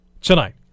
tonight